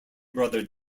brother